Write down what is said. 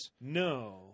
No